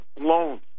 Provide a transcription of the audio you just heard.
loans